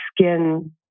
skin